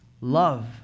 love